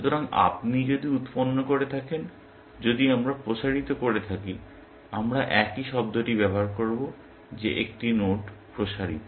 সুতরাং আপনি যদি উৎপন্ন করে থাকেন যদি আমরা প্রসারিত করে থাকি আমরা একই শব্দটি ব্যবহার করব যে একটি নোড প্রসারিত